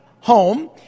home